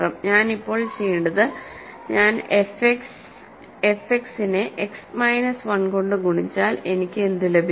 ഞാൻ ഇപ്പോൾ ചെയ്യേണ്ടത് ഞാൻ എഫ് എക്സ് നെഎക്സ് മൈനസ് 1 കൊണ്ട് ഗുണിച്ചാൽ എനിക്ക് എന്ത് ലഭിക്കും